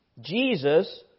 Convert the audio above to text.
Jesus